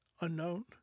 unknown